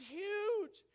huge